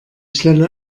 stelle